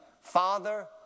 Father